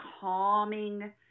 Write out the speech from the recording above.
calming